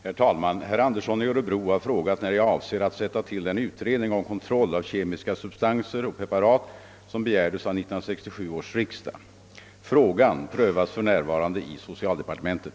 Herr talman! Herr Andersson i Örebro har frågat när jag avser att sätta till den utredning om kontroll av kemiska substanser och preparat som begärdes av 1967 års riksdag. Frågan prövas för närvarande i socialdepartementet.